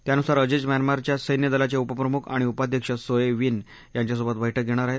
त्यानुसार अजीज म्यानमारच्या सैन्य दलाचे उपप्रमुख आणि उपाध्यक्ष सोए विन यांच्यासोबत बैठक घेणार आहेत